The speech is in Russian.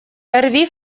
рви